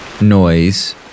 noise